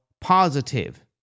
positive